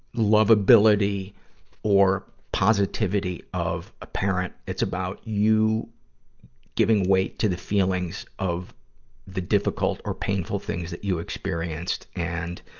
lovability or positivity of a parent. it's about you giving weight to the feelings of the difficult or painful things that you experienced. and,